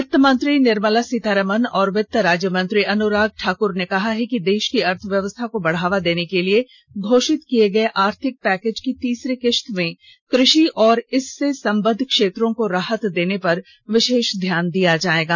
यित्तमंत्री निर्मला सीतारमण और वित्त राज्यमंत्री अनुराग ठाक्र ने कहा है कि देश की अर्थव्यवस्था को बढाया देने के लिए घोषित किये गये आर्थिक पैकेज की तीसरी किश्त में कृषि और इससे संबद्ध क्षेत्रों को राहत देने पर विशेष ध्यान दिया जाएगा